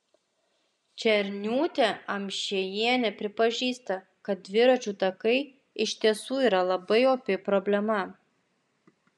černiūtė amšiejienė pripažįsta kad dviračių takai iš tiesų yra labai opi problema